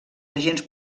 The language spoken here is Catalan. agents